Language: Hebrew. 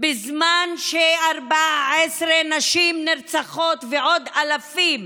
בזמן ש-14 נשים נרצחו ועוד אלפים